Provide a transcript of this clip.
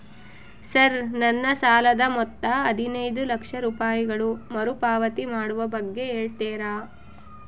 Sir ನನ್ನ ಸಾಲದ ಮೊತ್ತ ಹದಿನೈದು ಲಕ್ಷ ರೂಪಾಯಿಗಳು ಮರುಪಾವತಿ ಮಾಡುವ ಬಗ್ಗೆ ಹೇಳ್ತೇರಾ?